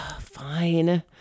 fine